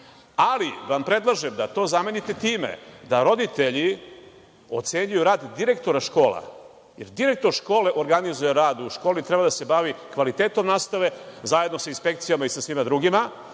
ali vam predlažem da to zamenite time da roditelji ocenjuju rad direktora škola, jer direktor škole organizuje rad u školi, treba da se bavi kvalitetom nastave, zajedno sa inspekcijama i sa svima drugima